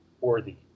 worthy